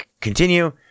continue